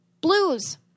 Blues